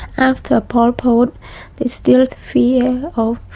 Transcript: after pol pot there's still the fear of